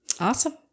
Awesome